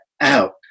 out